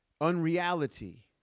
unreality